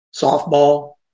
softball